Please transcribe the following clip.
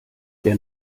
der